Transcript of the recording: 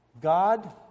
God